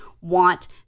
want